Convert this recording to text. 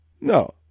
no